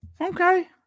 Okay